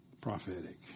Prophetic